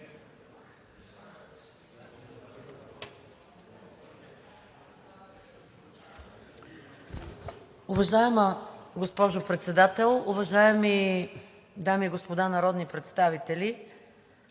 Уважаема госпожо Председател, уважаеми дами и господа народни представители!